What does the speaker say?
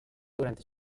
durante